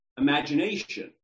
imagination